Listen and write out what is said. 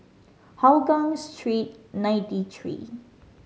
Hougang Street Ninety Three